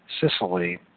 Sicily